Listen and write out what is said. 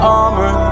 armor